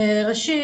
ראשית,